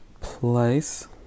place